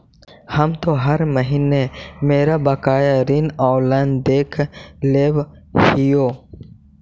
हम तो हर महीने मेरा बकाया ऋण ऑनलाइन देख लेव हियो